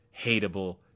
hateable